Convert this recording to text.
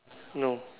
no